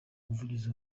umuvugizi